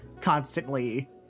constantly